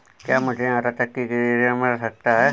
क्या मूझे आंटा चक्की के लिए ऋण मिल सकता है?